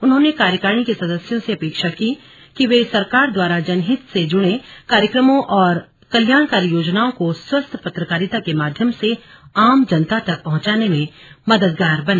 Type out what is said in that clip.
उन्होंने कार्यकारणी के सदस्यों से अपेक्षा की कि वे सरकार द्वारा जनहित से जुड़े कार्यक्रमों और कल्याणकारी योजनाओं को स्वस्थ पत्रकारिता के माध्यम से आम जनता तक पहंचाने में मददगार बने